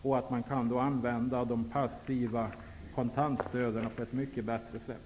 Då kan man använda de passiva kontantstöden på ett mycket bättre sätt.